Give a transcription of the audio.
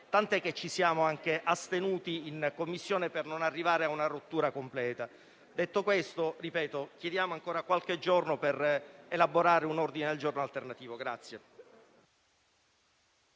tant'è che ci siamo anche astenuti in Commissione per non arrivare a una rottura completa. Ciò detto, ripeto che chiediamo ancora qualche giorno per elaborare un ordine del giorno alternativo.